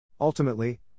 Ultimately